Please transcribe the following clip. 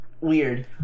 weird